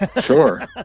Sure